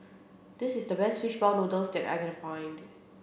this is the best fish ball noodles that I can find